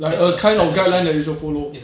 like a kind of guideline that you should follow